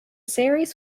series